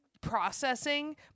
processing